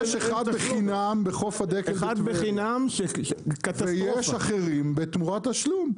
יש אחד בחינם בחוף הדקל בטבריה ויש אחרים תמורת תשלום.